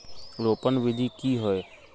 रोपण विधि की होय?